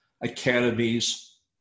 Academies